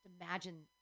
imagine